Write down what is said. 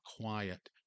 quiet